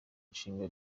nshinga